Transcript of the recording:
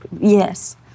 yes